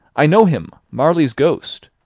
i know him marley's ghost!